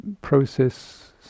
process